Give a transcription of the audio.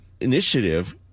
initiative